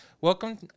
Welcome